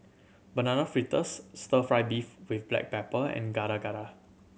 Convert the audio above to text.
Banana Fritters Stir Fry beef with black pepper and Gado Gado